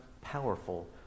powerful